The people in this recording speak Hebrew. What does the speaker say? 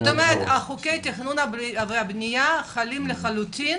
זאת אומרת שחוקי תכנון ובנייה חלים לחלוטין